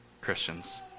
Christians